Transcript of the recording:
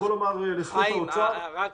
אני יכול לומר לזכות האוצר --- רק רגע.